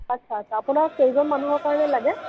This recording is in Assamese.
আচ্ছা আচ্ছা আচ্ছা আপোনাক কেইজন মানুহৰ কাৰণে লাগে